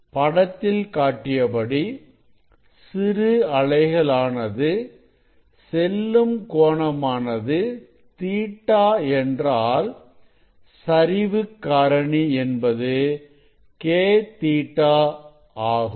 படத்தில் காட்டியபடி சிறு அலைகள் ஆனது செல்லும் கோணமானது Ɵ என்றால் சரிவுக்காரணி என்பது KƟ ஆகும்